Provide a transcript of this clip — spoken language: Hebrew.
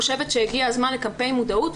אני חושבת שהגיע הזמן לקמפיין מודעות,